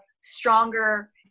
stronger